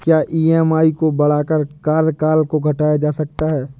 क्या ई.एम.आई को बढ़ाकर कार्यकाल को घटाया जा सकता है?